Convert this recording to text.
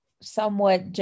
somewhat